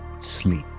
sleep